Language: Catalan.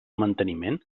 manteniment